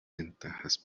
ventajas